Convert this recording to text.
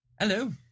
Hello